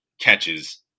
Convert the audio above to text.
catches